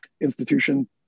institution